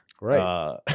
Right